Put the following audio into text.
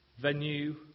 venue